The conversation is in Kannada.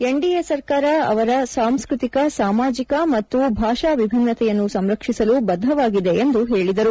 ಎನ್ಡಿಎ ಸರ್ಕಾರ ಅವರ ಸಾಂಸ್ಕ ತಿಕ ಸಾಮಾಜಿಕ ಮತ್ತು ಭಾಷಾ ವಿಭಿನ್ನತೆಯನ್ನು ಸಂರಕ್ಷಿಸಲು ಬದ್ದವಾಗಿದೆ ಎಂದು ಹೇಳಿದರು